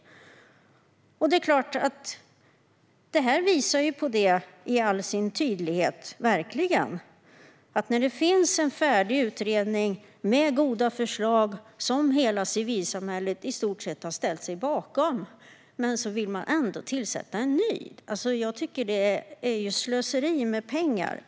Det här visar på detta med all tydlighet. När det finns en färdig utredning med goda förslag som i stort sett hela civilsamhället har ställt sig bakom vill man ändå tillsätta en ny. Jag tycker verkligen att det är slöseri med pengar.